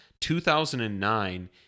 2009